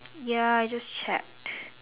ya I just check